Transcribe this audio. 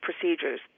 procedures